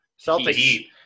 Celtics